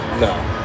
No